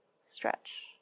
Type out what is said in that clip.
stretch